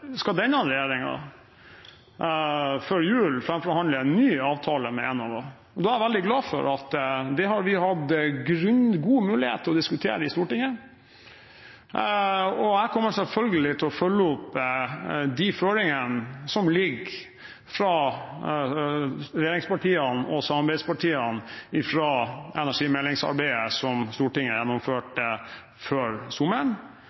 vi hatt god mulighet til å diskutere i Stortinget. Jeg kommer selvfølgelig til å følge opp de føringene som ligger fra regjeringspartiene og samarbeidspartiene fra energimeldingsarbeidet, som Stortinget gjennomførte før sommeren.